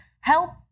help